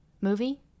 movie